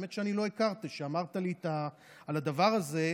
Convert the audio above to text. האמת שאני לא הכרתי, כשאמרת לי על הדבר הזה.